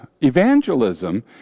Evangelism